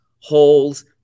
holds